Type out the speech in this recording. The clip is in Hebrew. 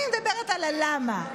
אני מדברת על למה.